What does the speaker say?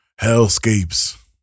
hellscapes